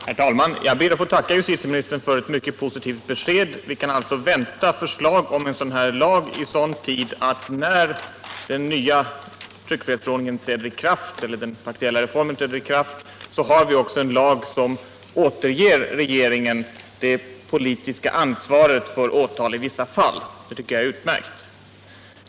Herr talman! Jag ber att få tacka justitieministern för ett mycket positivt besked. Vi kan alltså vänta ett förslag till lagstiftning i sådan tid, att vi samtidigt som den partiella reformen träder i kraft också har en lag som återger regeringen det politiska ansvaret för åtal i vissa fall. Det tycker jag är utmärkt.